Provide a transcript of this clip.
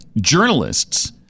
journalists